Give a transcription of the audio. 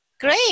Great